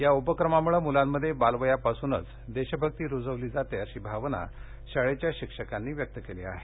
या उपक्रमामुळे मुलांमध्ये बालवयापासूनच देशभक्ती रुजवली जाते अशी भावना शाळेच्या शिक्षकांनी व्यक्त केली आहे